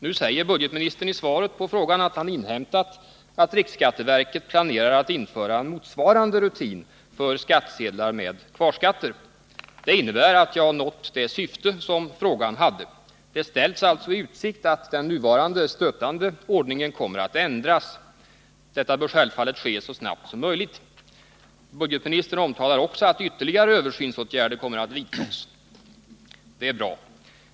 Nu säger budgetministern i svaret på frågan att han inhämtat att riksskatteverket planerar att införa en motsvarande rutin för skattsedlar med kvarskatter. Det innebär att jag nått det syfte som frågan hade. Det ställs i utsikt att den nuvarande stötande ordningen kommer att ändras. Detta bör självfallet ske så snabbt som möjligt. Budgetministern omtalar också att ytterligare översynsåtgärder kommer att vidtas. Det är bra.